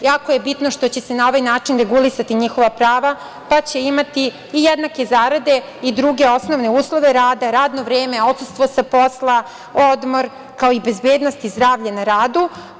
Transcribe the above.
Jako je bitno što će se na ovaj način regulisati njihova prava pa će imati i jednake zarade i druge osnovne uslove rada, radno vreme, odsustvo sa posla, odmor kao i bezbednost i zdravlje na radu.